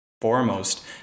foremost